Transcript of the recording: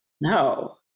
No